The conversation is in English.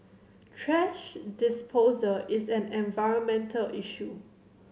thrash disposal is an environmental issue